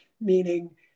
meaning